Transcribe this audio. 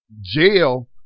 jail